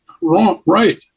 right